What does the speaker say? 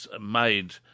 made